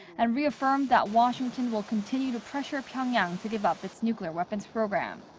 and reaffirmed that washington will continue to pressure pyogyang to give up its nuclear weapons program.